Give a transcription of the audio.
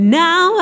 now